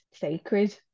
sacred